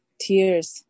tears